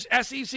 SEC